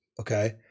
okay